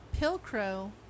Pilcrow